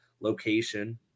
location